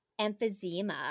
emphysema